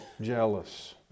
jealous